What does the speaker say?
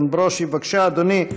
חבר הכנסת איתן ברושי, בבקשה, אדוני.